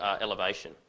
elevation